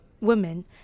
women